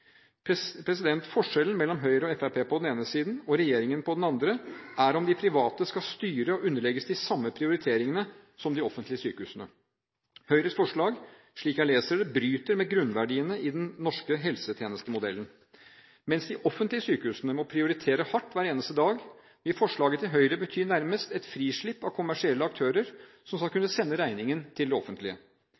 Forskjellen mellom Høyre og Fremskrittspartiet på den ene siden og regjeringen på den andre er om de private skal styre og underlegges de samme prioriteringene som de offentlige sykehusene. Høyres forslag, slik jeg leser det, bryter med grunnverdiene i den norske helsetjenestemodellen. Mens de offentlige sykehusene må prioritere hardt hver eneste dag, vil forslaget til Høyre bety nærmest et frislipp av kommersielle aktører som skal kunne sende regningen til det offentlige.